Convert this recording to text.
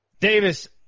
Davis